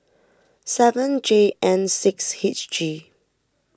seven J N six H G